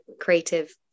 creative